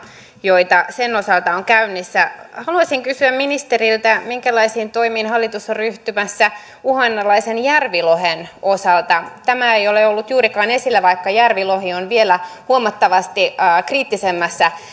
joita sen osalta on käynnissä haluaisin kysyä ministeriltä minkälaisiin toimiin hallitus on ryhtymässä uhanalaisen järvilohen osalta tämä ei ole ollut juurikaan esillä vaikka järvilohi on vielä huomattavasti kriittisemmässä